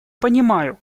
понимаю